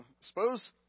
suppose